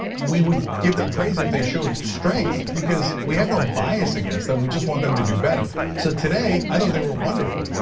we would give them praise if they showed strength, because we have no bias against then, we just want them to do better. so today, i thought they were wonderful.